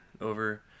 over